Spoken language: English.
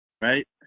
right